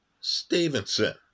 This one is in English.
Stevenson